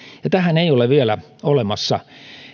ja tähän ei ole vielä olemassa